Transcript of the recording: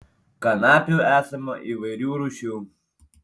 kanapių esama įvairių rūšių